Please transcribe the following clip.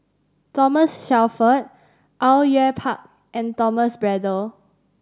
Thomas Shelford Au Yue Pak and Thomas Braddell